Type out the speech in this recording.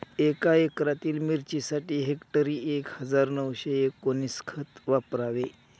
एका एकरातील मिरचीसाठी हेक्टरी एक हजार नऊशे एकोणवीस खत वापरावे